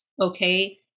okay